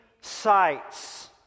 sites